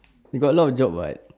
you got a lot of job [what]